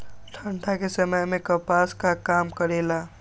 ठंडा के समय मे कपास का काम करेला?